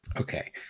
okay